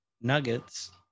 nuggets